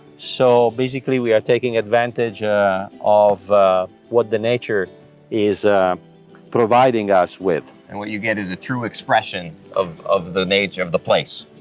so basically we are taking advantage of what the nature is providing us with. and what you get is a true expression of of the nature of the place.